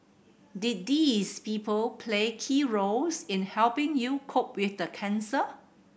did these people play key roles in helping you cope with the cancer